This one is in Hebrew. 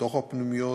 בתוך הפנימיות,